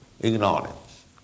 ignorance